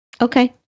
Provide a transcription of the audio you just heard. Okay